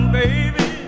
baby